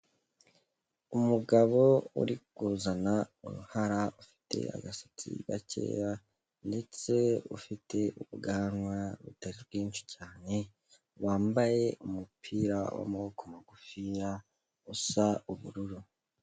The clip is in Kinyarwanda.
Umugabo uri kuzana uruhara, ufite agasatsi gakeya ndetse ufite ubwanwa butari bwinshi cyane, wambaye umupira w'amaboko magufiya usa ubururu.